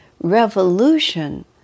revolution